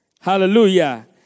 Hallelujah